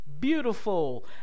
Beautiful